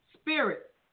Spirit